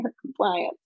compliance